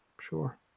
Sure